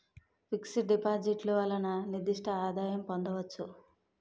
fix డిపాజిట్లు వలన నిర్దిష్ట ఆదాయం పొందవచ్చు